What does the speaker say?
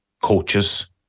coaches